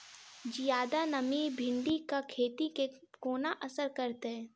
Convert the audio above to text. जियादा नमी भिंडीक खेती केँ कोना असर करतै?